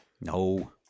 No